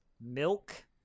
milk